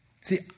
See